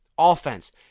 Offense